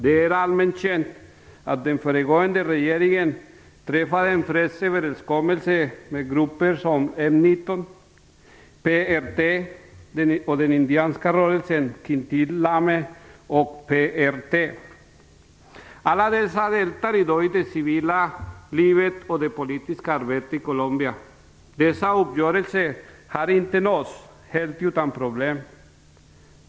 Det är allmänt känt att den föregående regeringen träffade en fredsöverenskommelse med grupper som M-19, PRT Alla dessa deltar i dag i det civila livet och det politiska arbetet i Colombia. Dessa uppgörelser har inte nåtts helt utan problem.